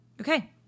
Okay